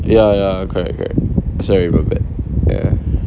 ya ya correct correct sorry my bad ya